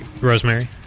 Rosemary